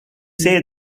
say